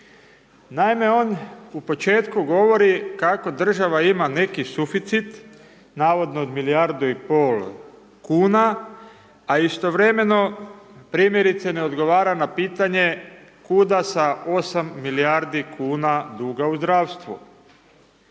Naime, on u početku govori kako država ima neki suficit, navodno od 1,5 milijardu kuna, a istovremeno primjerice ne odgovara na pitanje kuda sa 8 milijardi kuna duga u zdravstvu.